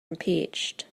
impeached